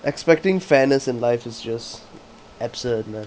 expecting fairness in life is just absurd man